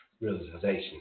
realization